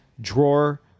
drawer